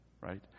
right